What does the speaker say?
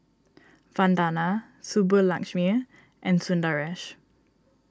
Vandana Subbulakshmi and Sundaresh